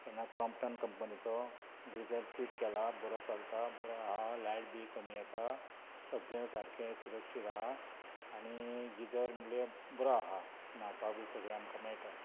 तेन्ना क्रॉम्पटन कंपनीचो geyser fit केला बरो चलता बरो आहा लायट बील कमी येता सगळें सारकें सुरक्षीत आहा आनी गिसर बरो आहा न्हावपाक बी सगळें आमकां मेळटा